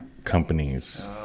companies